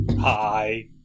hi